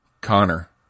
Connor